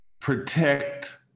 protect